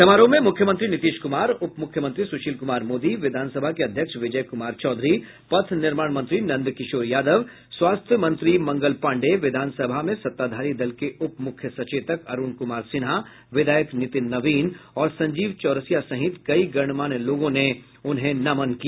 समारोह में मुख्यमंत्री नीतीश कुमार उप मुख्यमंत्री सुशील कुमार मोदी विधान सभा के अध्यक्ष विजय कुमार चौधरी पथ निर्माण मंत्री नंदकिशोर यादव स्वास्थ्य मंत्री मंगल पांडेय विधान सभा में सत्ताधारी दल के उप मुख्य सचेतक अरुण कुमार सिन्हा विधायक नीतिन नवीन और संजीव चौरसिया सहित कई गणमान्य लोगों ने नमन किया